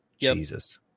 jesus